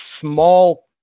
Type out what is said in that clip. small